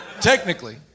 Technically